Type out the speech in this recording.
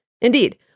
Indeed